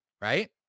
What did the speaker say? right